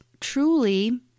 truly